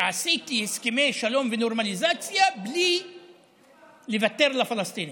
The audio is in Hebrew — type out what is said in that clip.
עשיתי הסכמי שלום ונורמליזציה בלי לוותר לפלסטינים.